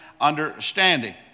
understanding